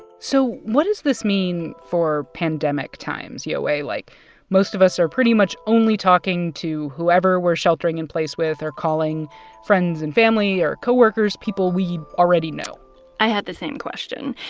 so what does this mean for pandemic times, yowei? like most of us are pretty much only talking to whoever we're sheltering in place with or calling friends and family or co-workers, people we already know i had the same question,